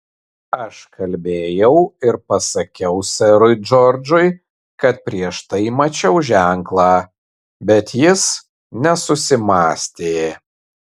aš kalbėjau ir pasakiau serui džordžui kad prieš tai mačiau ženklą bet jis nesusimąstė